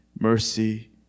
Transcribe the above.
mercy